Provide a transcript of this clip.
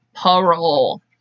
parole